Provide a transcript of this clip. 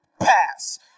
pass